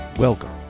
Welcome